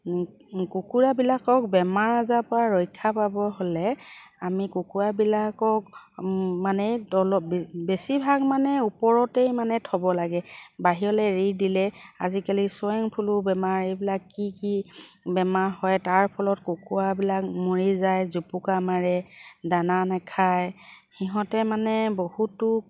কুকুৰাবিলাকক বেমাৰ আজাৰৰ পৰা ৰক্ষা পাবলে হ'লে আমি কুকুৰাবিলাকক মানে বেছিভাগ মানে ওপৰতেই মানে থ'ব লাগে বাহিৰলে এৰি দিলে আজিকালি বেমাৰ এইবিলাক কি কি বেমাৰ হয় তাৰ ফলত কুকুৰাবিলাক মৰি যায় জুপুকা মাৰে দানা নেখায় সিহঁতে মানে বহুতো